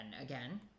again